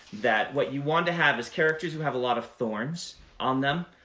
that what you want to have is characters who have a lot of thorns on them,